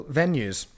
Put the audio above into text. venues